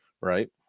right